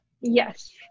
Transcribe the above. Yes